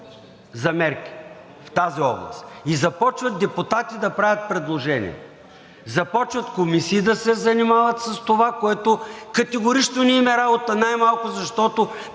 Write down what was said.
за мерки в тази област и започват депутати да правят предложения, започват комисии да се занимават с това, което категорично не им е работата, най-малко защото